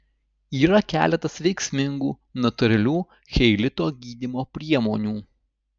yra keletas veiksmingų natūralių cheilito gydymo priemonių